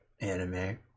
anime